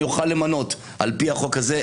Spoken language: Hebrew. אני אוכל למנות על פי החוק הזה.